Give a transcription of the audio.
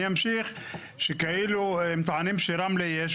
הם טוענים שברמלה יש.